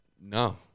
no